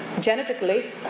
genetically